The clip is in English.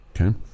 okay